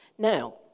Now